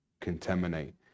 contaminate